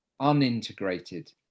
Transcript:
unintegrated